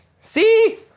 See